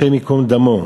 השם ייקום דמו,